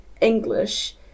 English